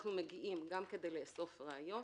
אנחנו מגיעים גם כדי לאסוף ראיות,